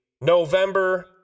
November